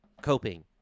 Coping